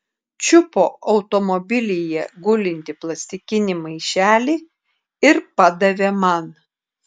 čiupo automobilyje gulintį plastikinį maišelį ir padavė man